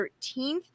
13th